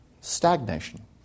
stagnation